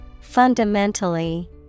Fundamentally